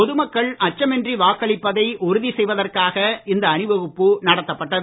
பொதுமக்கள் அச்சமின்றி வாக்களிப்பதை உறுதி செய்வதற்காக இந்த அணிவகுப்பு நடத்தப்பட்டது